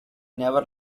never